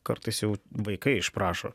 kartais jau vaikai išprašo